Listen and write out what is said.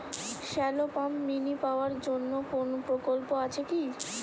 Shallow pump mini power জন্য কোনো প্রকল্প আছে কি?